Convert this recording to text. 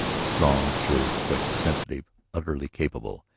strong, sure, quick, sensitive, utterly capable.